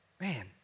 Man